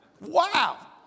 Wow